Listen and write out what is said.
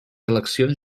eleccions